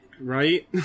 right